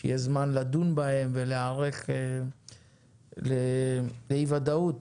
כדי שיהיה זמן לדון בהן ולהיערך לאי ודאות,